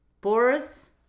Boris